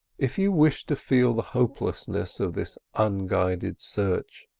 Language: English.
if you wish to feel the hopelessness of this unguided search,